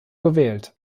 gewählt